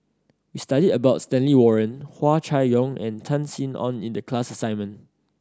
we studied about Stanley Warren Hua Chai Yong and Tan Sin Aun in the class assignment